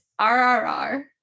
RRR